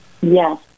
Yes